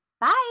bye